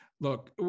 Look